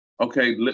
okay